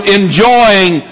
enjoying